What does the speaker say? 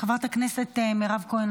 חברת הכנסת מירב כהן,